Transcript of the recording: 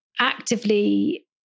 actively